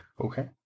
Okay